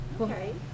Okay